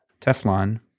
Teflon